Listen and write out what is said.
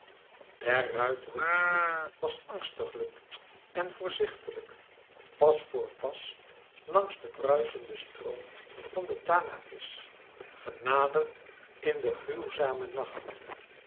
der ruiteren stoet was angstiglijk en voorzichtiglijk pas voor pas langs den bruischenden stroom van den tanaïs genaderd in de gruwzame nacht